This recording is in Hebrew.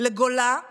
לגולה ולחורבן.